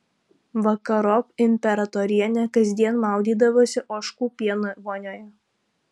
vakarop imperatorienė kasdien maudydavosi ožkų pieno vonioje